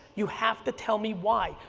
you have to tell me why.